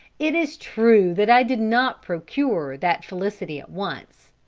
it is true that i did not procure that felicity at once.